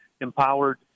empowered